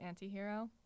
Antihero